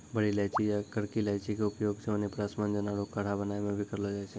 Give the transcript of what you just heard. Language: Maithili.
बड़ी इलायची या करकी इलायची के उपयोग च्यवनप्राश, मंजन आरो काढ़ा बनाय मॅ भी करलो जाय छै